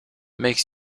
makes